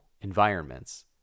environments